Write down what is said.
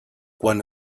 quan